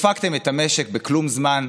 דפקתם את המשק בכלום זמן.